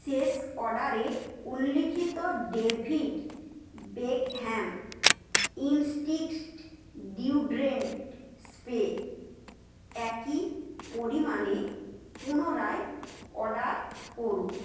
শেষ অর্ডারে উল্লিখিত David Beckham instinct deodorant spray একই পরিমাণে পুনরায় অর্ডার করুন